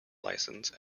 licence